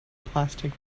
plastic